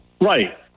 Right